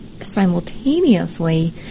simultaneously